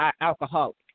alcoholic